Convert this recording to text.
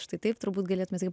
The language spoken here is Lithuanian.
štai taip turbūt galėtumėme sakyti